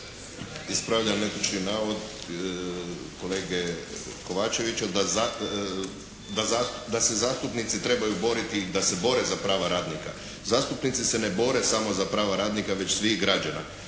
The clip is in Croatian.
Ispravljam netočni navod kolege Kovačevića da se zastupnici trebaju boriti i da se bore za prava radnika. Zastupnici se ne bore samo za prava radnika već svih građana.